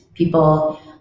People